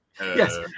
yes